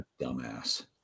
dumbass